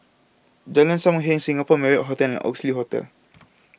Jalan SAM Heng Singapore Marriott Hotel and Oxley Hotel